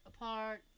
apart